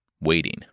waiting